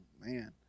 Man